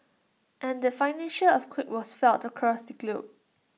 and that financial earthquake was felt across the globe